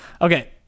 Okay